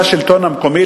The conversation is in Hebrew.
המקומי,